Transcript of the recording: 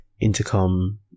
Intercom